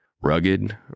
rugged